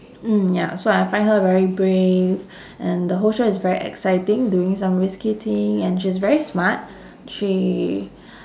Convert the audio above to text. mm ya so I find her very brave and the whole show is very exciting doing some risky thing and she is very smart she